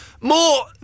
more